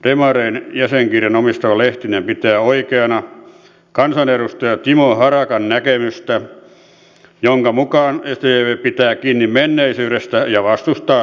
demareiden jäsenkirjan omistava lehtinen pitää oikeana kansanedustaja timo harakan näkemystä jonka mukaan sdp pitää kiinni menneisyydestä ja vastustaa tulevaisuutta